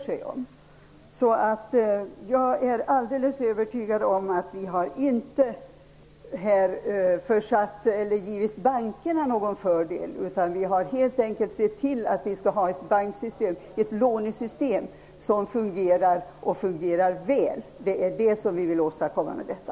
Jag är alldeles övertygad om att vi inte har givit bankerna någon fördel här. I stället har vi helt enkelt sett till att vi får ett lånesystem som fungerar väl. Det är vad vi vill åstadkomma med detta.